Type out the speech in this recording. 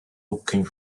looking